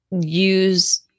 use